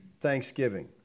thanksgiving